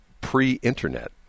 pre-internet